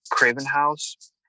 Cravenhouse